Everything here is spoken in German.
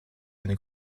eine